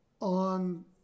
on